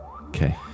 okay